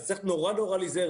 אז צריך נורא נורא להיזהר,